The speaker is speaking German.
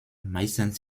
meistens